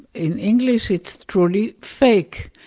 in english it's truly fake,